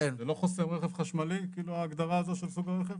זה לא חוסם רכב חשמלי ההגדרה הזאת של סוג הרכב?